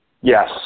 Yes